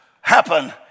happen